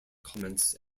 comments